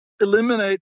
eliminate